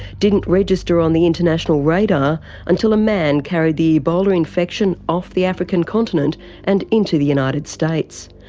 didn't register on the international radar until a man carried the ebola infection off the african continent and into the united states.